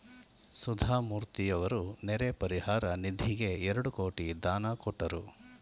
ಸುಧಾಮೂರ್ತಿಯವರು ನೆರೆ ಪರಿಹಾರ ನಿಧಿಗೆ ಎರಡು ಕೋಟಿ ದಾನ ಕೊಟ್ಟರು